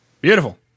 beautiful